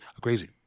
crazy